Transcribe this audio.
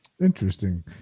Interesting